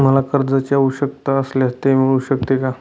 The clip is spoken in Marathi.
मला कर्जांची आवश्यकता असल्यास ते मिळू शकते का?